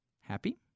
Happy